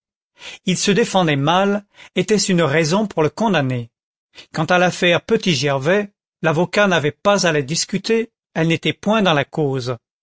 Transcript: il se défendait mal était-ce une raison pour le condamner quant à l'affaire petit gervais l'avocat n'avait pas à la discuter elle n'était point dans la cause